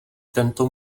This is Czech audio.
tento